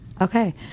Okay